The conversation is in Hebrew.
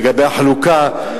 לגבי החלוקה.